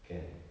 kan